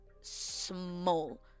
small